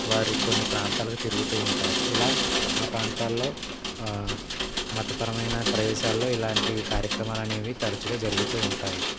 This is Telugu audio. వారు కొన్ని ప్రాంతాలకు తిరుగుతూ ఉంటారు ఇలా ఆ ప్రాంతాల్లో మతపరమైన ప్రదేశాల్లో ఇలాంటివి కార్యక్రమాలనేవి తరచుగా జరుగుతూ ఉంటాయి